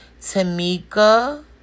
Tamika